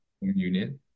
Unit